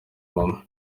mama